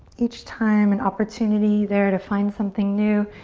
each time an opportunity there to find something new.